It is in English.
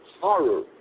horror